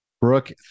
Brooke